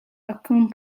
aucune